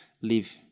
live